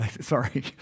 Sorry